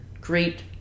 great